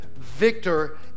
victor